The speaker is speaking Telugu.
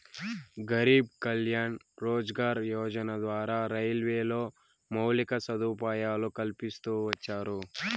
గరీబ్ కళ్యాణ్ రోజ్గార్ యోజన ద్వారా రైల్వేలో మౌలిక సదుపాయాలు కల్పిస్తూ వచ్చారు